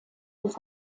des